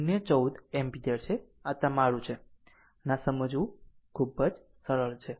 014 ampere છે આ તમારું છે આમ આ સમજવું સરળ છે